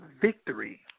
victory